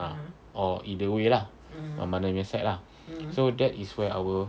ah or either way lah mana mana nya side lah so that is where our